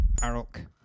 Arok